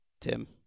Tim